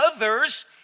others